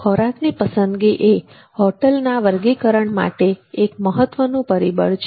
ખોરાકની પસંદગી એ હોટલના વર્ગીકરણ માટે એક મહત્ત્વનું પરિબળ છે